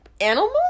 animals